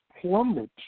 plummeted